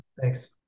Thanks